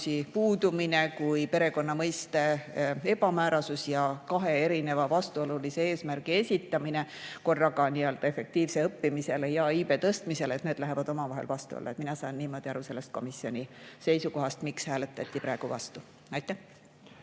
perekonna mõiste ebamäärasus ja kahe erineva vastuolulise eesmärgi seadmine. Korraga nii-öelda efektiivne õppimine kui ka iibe tõstmine – need lähevad omavahel vastuollu. Mina saan niimoodi aru komisjoni seisukohast, miks hääletati praegu vastu. Peeter